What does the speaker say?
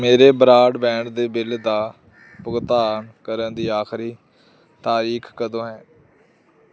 ਮੇਰੇ ਬਰਾਡਬੈਂਡ ਦੇ ਬਿੱਲ ਦਾ ਭੁਗਤਾਨ ਕਰਨ ਦੀ ਆਖਰੀ ਤਾਰੀਖ ਕਦੋਂ ਹੈ